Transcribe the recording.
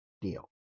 deal